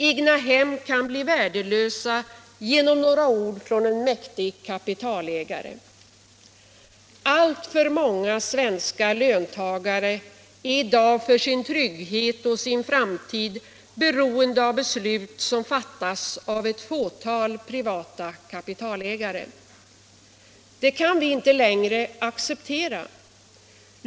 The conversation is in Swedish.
Egnahem blir värdelösa genom några ord från en mäktig kapitalägare. Alltför många svenska löntagare är i dag för sin trygghet och framtid beroende av beslut som fattas av ett fåtal privata kapitalägare. Det kan vi inte längre acceptera.